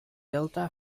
delta